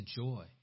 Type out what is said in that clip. joy